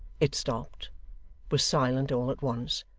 it stopped was silent all at once,